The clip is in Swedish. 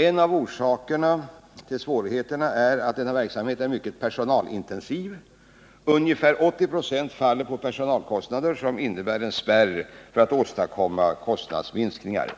En av orsakerna till svårigheterna är att denna verksamhet är mycket personalintensiv. Ungefär 80 96 faller på personalkostnader, vilket innebär en spärr för att åstadkomma kostnadsminskningar.